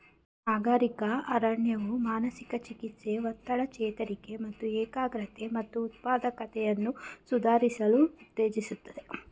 ನಗರ ಅರಣ್ಯವು ಮಾನಸಿಕ ಚಿಕಿತ್ಸೆ ಒತ್ತಡ ಚೇತರಿಕೆ ಮತ್ತು ಏಕಾಗ್ರತೆ ಮತ್ತು ಉತ್ಪಾದಕತೆಯನ್ನು ಸುಧಾರಿಸಲು ಉತ್ತೇಜಿಸ್ತದೆ